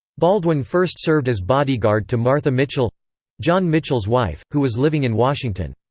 baldwin first served as bodyguard to martha mitchell john mitchell's wife, who was living in washington.